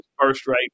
first-rate